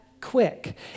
quick